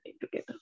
together